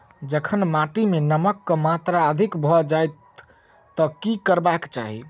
जखन माटि मे नमक कऽ मात्रा अधिक भऽ जाय तऽ की करबाक चाहि?